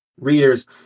readers